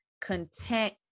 content